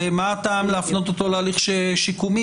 מה הטעם להפנות אותו להליך שיקומי,